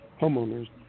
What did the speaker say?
homeowners